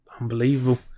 unbelievable